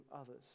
others